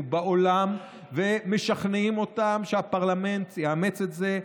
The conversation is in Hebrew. בעולם ומשכנעים אותם שהפרלמנט יאמץ את זה.